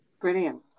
brilliant